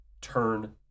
Turn